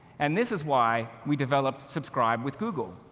and this is why we developed subscribe with google.